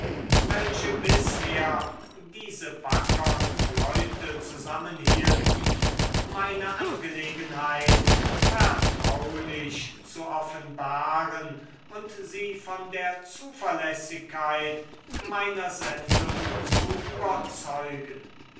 welche bisher diese wackern leute zusammenhielten meine angelegenheit vertraulich zu offenbaren und sie von der zuverlässigkeit meiner sendung zu überzeugen